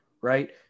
right